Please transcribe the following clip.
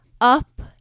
up